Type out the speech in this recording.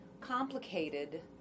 complicated